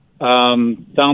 down